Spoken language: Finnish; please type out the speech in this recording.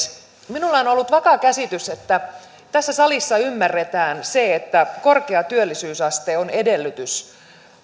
minulla on ollut vakaa käsitys että tässä salissa ymmärretään se että korkea työllisyysaste on edellytys